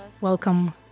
welcome